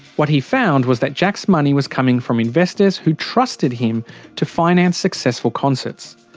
what he found was that jack's money was coming from investors who trusted him to finance successful concerts.